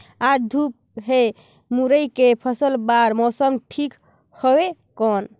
आज धूप हे मुरई के फसल बार मौसम ठीक हवय कौन?